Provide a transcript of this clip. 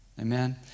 Amen